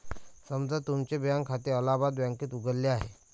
समजा तुमचे बँक खाते अलाहाबाद बँकेत उघडले आहे